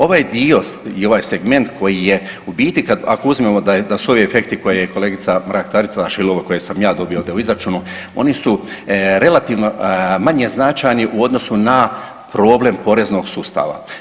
Ovaj dio i ovaj segment koji je u biti ako uzmemo da su ovi efekti koje je kolegica Mrak Taritaš ili ovi koje sam ja dobio ovdje u izračunu, oni su relativno manje značajni u odnosu na problem poreznog sustava.